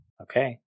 Okay